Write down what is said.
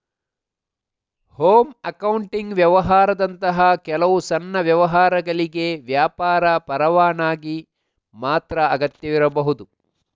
home accounting ವ್ಯವಹಾರದಂತಹ ಕೆಲವು ಸಣ್ಣ ವ್ಯವಹಾರಗಳಿಗೆ ವ್ಯಾಪಾರ ಪರವಾನಗಿ ಮಾತ್ರ ಅಗತ್ಯವಿರಬಹುದು